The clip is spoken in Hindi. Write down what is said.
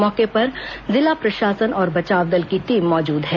मौके पर जिला प्रशासन और बचाव दल की टीम मौजूद है